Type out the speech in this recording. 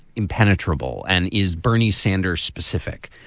impenetrable. and is bernie sanders specific.